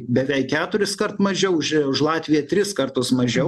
beveik keturiskart mažiau už už latviją tris kartus mažiau